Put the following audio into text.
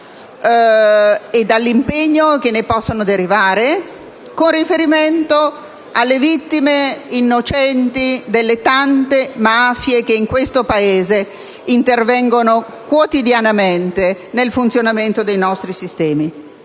e dall'impegno che ne possono derivare, con riferimento alle vittime innocenti delle tante mafie che in questo Paese intervengono quotidianamente nel funzionamento dei nostri sistemi.